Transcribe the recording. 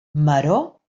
maror